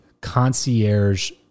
concierge